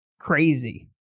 crazy